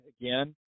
again